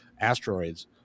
asteroids